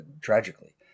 tragically